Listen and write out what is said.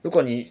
如果你